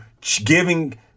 giving